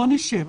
בוא נשב,